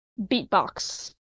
Beatbox